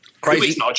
Crazy